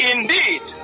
Indeed